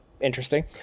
interesting